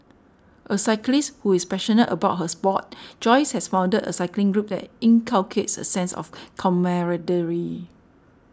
a cyclist who is passionate about her sport Joyce has founded a cycling group that inculcates a sense of camaraderie